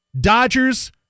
Dodgers